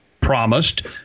promised